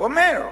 הוא אומר.